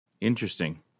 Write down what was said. Interesting